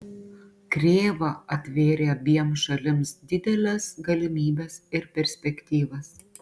krėva atvėrė abiem šalims dideles galimybes ir perspektyvas